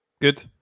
Good